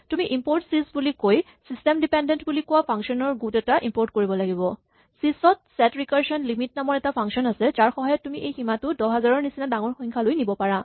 তুমি import sys বুলি কৈ ছিষ্টেম ডিপেন্ডেন্ট বুলি কোৱা ফাংচন ৰ গোট এটা ইমপৰ্ট কৰিব লাগিব ছিছ ত ছেট ৰিকাৰচন লিমিট নামৰ এটা ফাংচন আছে যাৰ সহায়ত তুমি এই সীমাটো ১০০০০ ৰ নিচিনা ডাঙৰ সংখ্যালৈ নিব পাৰা